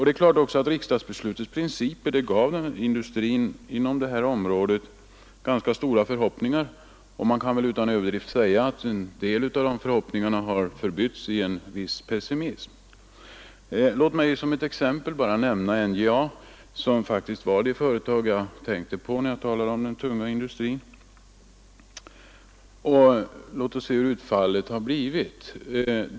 Det är klart att riksdagsbeslutets principer också gav industrin inom det här området ganska stora förhoppningar, men utan att överdriva kan man säga att en del av de förhoppningarna har förbytts i en viss pessimism. Låt mig som exempel nämna NJA, som faktiskt var det företag jag tänkte på när jag talade om den tunga industrin. Låt oss se hur utfallet har blivit.